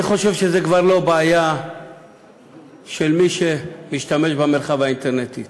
אני חושב שזאת כבר לא בעיה של מי שמשתמש במרחב האינטרנטי,